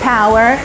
Power